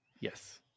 yes